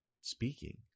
speaking